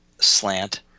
slant